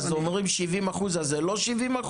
אז אומרים 70% אז זה לא 70%?